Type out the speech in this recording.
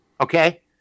okay